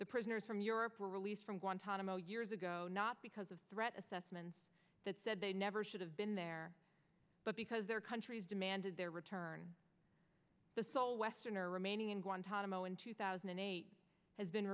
the prisoners from europe were released guantanamo years ago not because of threat assessment that said they never should have been there but because their countries demanded their return the sole westerner remaining in guantanamo in two thousand and eight has been